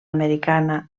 americana